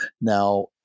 Now